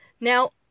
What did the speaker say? Now